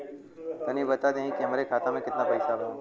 तनि बता देती की हमरे खाता में कितना पैसा बा?